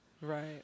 Right